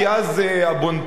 כי אז הבון-טון,